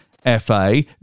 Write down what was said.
FA